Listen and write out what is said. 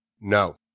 No